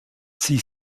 sie